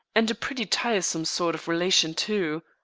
and a pretty tiresome sort of relation, too.